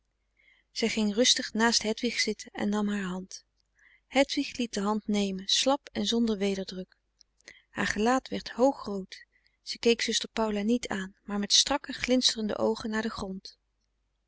zij ging rustig naast hedwig zitten en nam haar hand hedwig liet de hand nemen slap en zonder wederdruk haar gelaat werd hoogrood ze keek zuster paula niet aan maar met strakke glinsterende oogen naar den grond